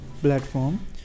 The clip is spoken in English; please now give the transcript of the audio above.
platform